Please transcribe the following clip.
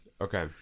okay